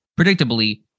predictably